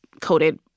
coated